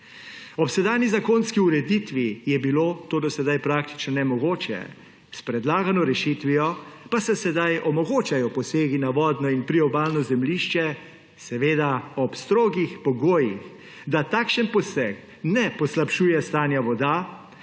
Ob sedanji zakonski ureditvi je bilo to do sedaj praktično nemogoče, s predlagano rešitvijo pa se sedaj omogočajo posegi na vodno in priobalno zemljišče, seveda ob strogih pogojih, da takšen poseg ne poslabšuje stanje voda,